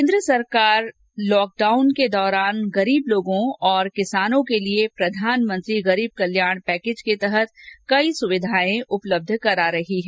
केन्द्र सरकार lockdown के दौरान गरीब लोगों और किसानों के लिए प्रधानमंत्री गरीब कल्याण पैकेज के तहत कई सुविधाएं उपलब्ध करा रही है